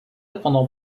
pendant